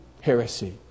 heresy